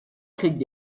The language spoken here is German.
krieg